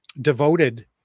devoted